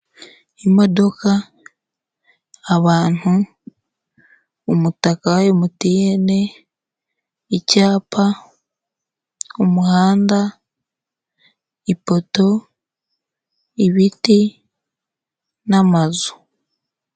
Imodoka, abantu, umutaka wa MTN, icyapa, umuhanda, ipoto, ibiti n'amazu.